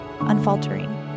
unfaltering